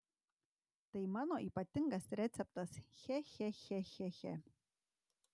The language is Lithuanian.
tai mano ypatingas receptas che che che che che